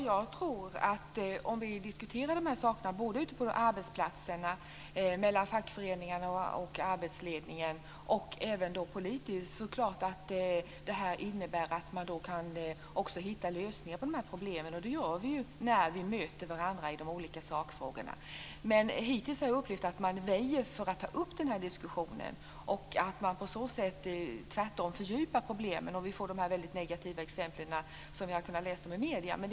Fru talman! Om vi diskuterar de här sakerna ute på arbetsplatserna, fackföreningarna och arbetsledningen och även politiskt, innebär det så klart att man också kan hitta lösningar på de här problemen. Det gör vi ju när vi möter varandra i de olika sakfrågorna. Men hittills har jag upplevt att man väjer för att ta upp den här diskussionen och att man på så sätt tvärtom fördjupar problemen så att vi får de väldigt negativa exempel som vi har kunnat läsa om i medierna.